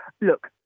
look